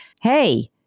Hey